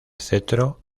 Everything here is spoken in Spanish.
cetro